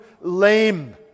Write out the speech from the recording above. lame